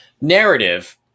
narrative